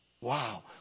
Wow